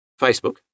Facebook